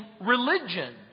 religion